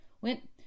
went